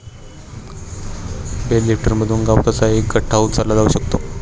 bell लिफ्टरमधून गवताचा एक गठ्ठा उचलला जाऊ शकतो